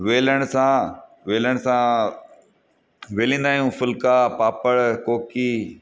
वेलण सां वेलण सां वेलींदा आहियूं फुल्का पापड़ कोकी